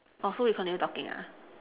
oh so we continue talking ah